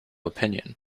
opinion